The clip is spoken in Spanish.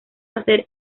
hacer